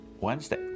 Wednesday